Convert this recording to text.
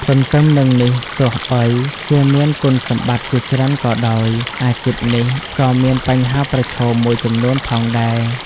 ទន្ទឹមនឹងនេះទោះបីជាមានគុណសម្បត្តិជាច្រើនក៏ដោយ អាជីពនេះក៏មានបញ្ហាប្រឈមមួយចំនួនផងដែរ។